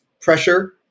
pressure